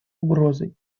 угрозой